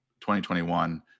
2021